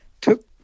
Took